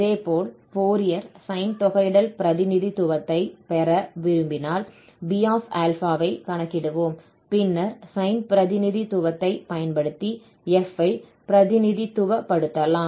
இதேபோல் Fourier sine தொகையிடல் பிரதிநிதித்துவத்தை பெற விரும்பினால் Bα ஐ கணக்கிடுவோம் பின்னர் sine பிரதிநிதித்துவத்தைப் பயன்படுத்தி f ஐ பிரதிநிதித்துவப்படுத்தலாம்